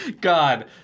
God